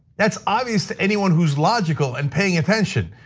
that's obvious to anyone who is logical and paying attention.